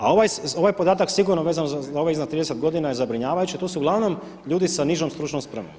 A ovaj podatak sigurno vezano za ove iznad 30 godina je zabrinjavajući jer to su uglavnom ljudi sa nižom stručnom spremom.